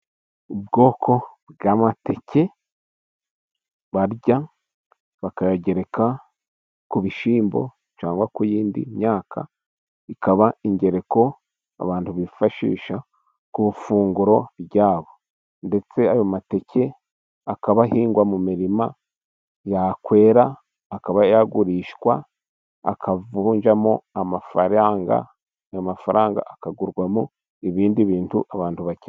Ubwoko bw'amateke barya bakayagereka ku bishyimbo cyangwa ku yindi myaka, ikaba ingereko abantu bifashisha ku ifunguro ryabo. Ndetse ayo mateke akaba ahingwa mu mirima, yakwera akaba yagurishwa akavunjwamo amafaranga. Ayo mafaranga akagurwamo ibindi bintu abantu bakeneye.